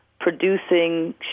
producing